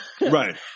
Right